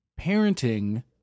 parenting